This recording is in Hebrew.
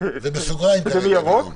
ומי ירוק.